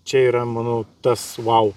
čia yra manau tas vau